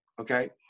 Okay